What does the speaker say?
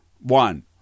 One